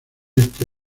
este